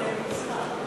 חבר הכנסת גטאס.